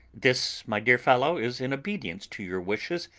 this, my dear fellow, is in obedience to your wishes,